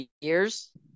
years